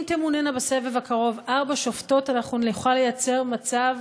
אם תמונינה בסבב הקרוב ארבע שופטות אנחנו נוכל לייצר מצב